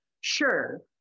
Sure